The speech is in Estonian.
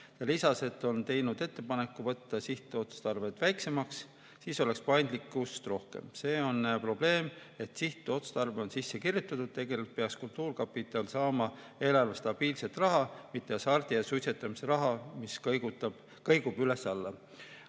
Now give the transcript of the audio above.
lisas, et on teinud ettepaneku võtta sihtotstarvet vähemaks, siis oleks paindlikkust rohkem. See on probleem, et sihtotstarve on sisse kirjutatud, tegelikult peaks kultuurkapital saama eelarvest stabiilset raha, mitte hasardi ja suitsetamise raha, mis kõigub üles-alla."